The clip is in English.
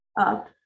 up